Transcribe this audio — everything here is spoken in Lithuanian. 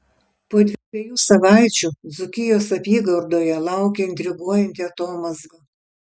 po dviejų savaičių dzūkijos apygardoje laukia intriguojanti atomazga